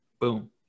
boom